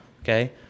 Okay